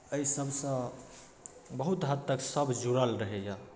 एहिसभसँ बहुत हद तक सभ जुड़ल रहैए